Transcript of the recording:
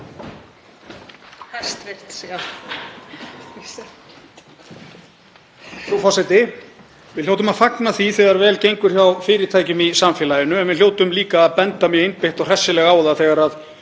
Frú forseti. Við hljótum að fagna því þegar vel gengur hjá fyrirtækjum í samfélaginu en við hljótum líka að benda mjög einbeitt og hressilega á það þegar